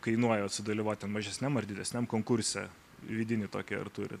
kainuoja sudalyvaut tam mažesniam ar didesniam konkurse vidinį tokį ar turit